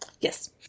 Yes